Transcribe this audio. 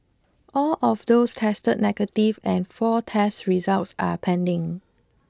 all of those tested negative and four test results are pending